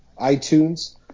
itunes